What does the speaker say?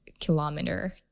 kilometer